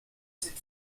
sind